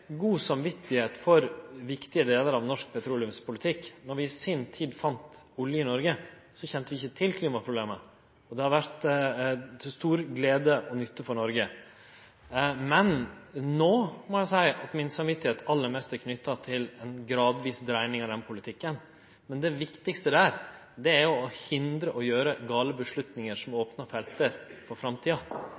for viktige delar av norsk petroleumspolitikk. Då vi i si tid fann olje i Noreg, kjende vi ikkje til klimaproblemet. Oljen har vore til stor glede og nytte for Noreg, men no må eg seie at mitt samvit aller mest er knytt til ei gradvis dreiing av den politikken. Det viktigaste er å hindre at vi tek gale beslutningar som opnar felt for framtida,